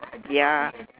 ya